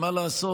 מה לעשות?